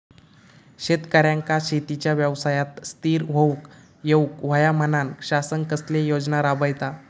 शेतकऱ्यांका शेतीच्या व्यवसायात स्थिर होवुक येऊक होया म्हणान शासन कसले योजना राबयता?